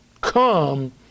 Come